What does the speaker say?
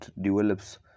develops